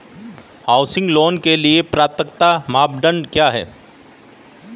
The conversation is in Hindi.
हाउसिंग लोंन के लिए पात्रता मानदंड क्या हैं?